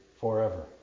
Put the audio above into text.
forever